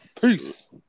Peace